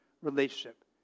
relationship